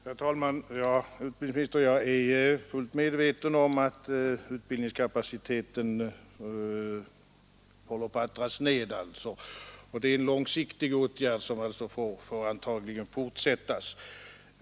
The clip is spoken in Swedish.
Herr talman! Jag är, herr utbildningsminister, fullt medveten om att utbildningskapaciteten håller på att dras ned, och det är en långsiktig åtgärd som antagligen får sträckas ut i tiden.